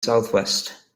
southwest